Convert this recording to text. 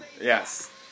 Yes